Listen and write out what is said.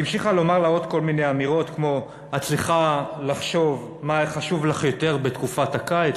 עוד כל מיני אמירות כמו: "את צריכה לחשוב מה חשוב לך יותר בתקופת הקיץ",